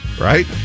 right